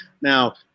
Now